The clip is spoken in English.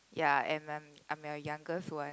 ya and am I'm the youngest one